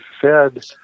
fed